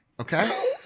Okay